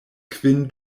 kvin